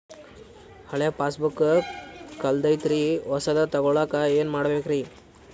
ಹಳೆ ಪಾಸ್ಬುಕ್ ಕಲ್ದೈತ್ರಿ ಹೊಸದ ತಗೊಳಕ್ ಏನ್ ಮಾಡ್ಬೇಕರಿ?